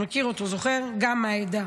מכיר אותו, זוכר, גם מהעדה.